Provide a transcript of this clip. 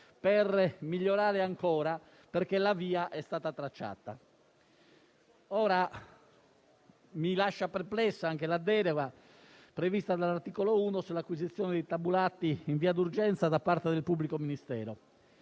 per migliorare ancora, perché la via è stata tracciata. Mi lascia perplessa anche la delega, prevista dall'articolo 1, sull'acquisizione di tabulati in via d'urgenza da parte del pubblico ministero.